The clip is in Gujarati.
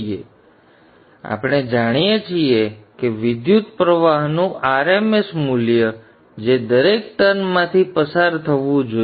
દાખલા તરીકે આપણે જાણીએ છીએ કે વિદ્યુતપ્રવાહનું r m s મૂલ્ય જે દરેક ટર્નમાંથી પસાર થવું જોઈએ